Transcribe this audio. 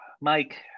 Mike